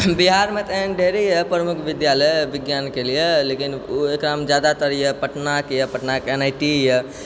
बिहारमे तऽ एहन ढ़ेरी यऽ प्रमुख विद्यालय विज्ञानके लिए लेकिन ओ एकरामे जादातर यऽ पटनाके यऽ पटनाके यऽ एन आइ टी यऽ